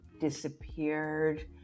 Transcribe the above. disappeared